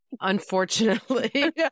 Unfortunately